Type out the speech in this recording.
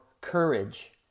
courage